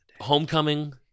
homecoming